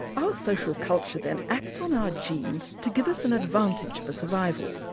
our social culture, then, acts on our genes to give us an advantage for survival.